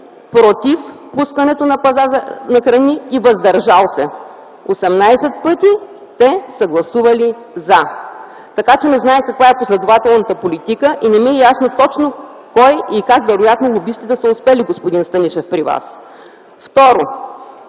против пускането на пазара на храни и въздържал се. Осемнадесет пъти те са гласували „за”. Така че не зная каква е последователната политика и не ми е ясно точно кой и как. Вероятно лобистите са успели, господин Станишев, при Вас. Второ,